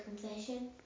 confession